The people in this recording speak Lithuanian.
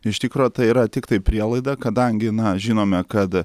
iš tikro tai yra tiktai prielaida kadangi na žinome kad